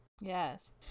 yes